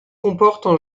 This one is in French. comportent